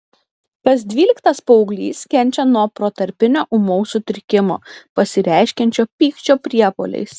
kas dvyliktas paauglys kenčia nuo protarpinio ūmaus sutrikimo pasireiškiančio pykčio priepuoliais